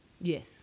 Yes